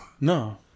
No